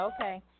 Okay